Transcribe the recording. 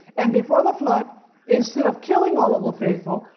and before the flood instead of killing all of the faithful,